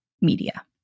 media